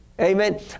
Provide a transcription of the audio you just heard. Amen